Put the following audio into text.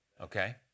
okay